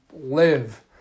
live